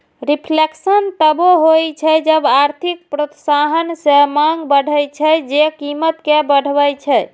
reflation तबो होइ छै जब आर्थिक प्रोत्साहन सं मांग बढ़ै छै, जे कीमत कें बढ़बै छै